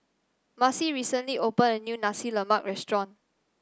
Marcy recently open a new Nasi Lemak restaurant